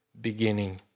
beginning